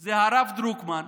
זה הרב דרוקמן,